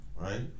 right